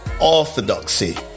orthodoxy